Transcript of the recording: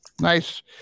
Nice